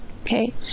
Okay